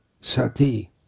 Sati